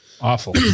Awful